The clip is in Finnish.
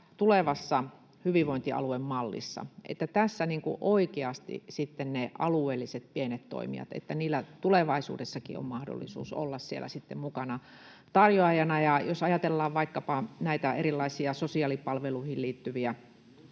tulevassa hyvinvointialuemallissa oikeasti sitten niillä alueellisilla pienillä toimijoilla tulevaisuudessakin olisi mahdollisuus olla siellä mukana tarjoajina, ja jos ajatellaan vaikkapa näitä erilaisia sosiaalipalveluihin liittyviä